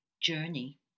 journey